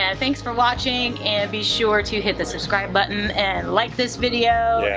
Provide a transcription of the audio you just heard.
and thanks for watching and be sure to hit the subscribe button and like this video.